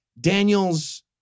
Daniel's